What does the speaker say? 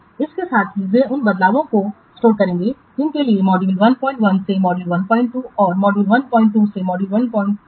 इसके साथ ही वे उन बदलावों को संग्रहित करेंगे जिनके लिए मॉड्यूल 11 से मॉड्यूल 12 और मॉड्यूल 12 मॉड्यूल 13 से बदलना आवश्यक है